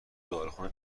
داروخونه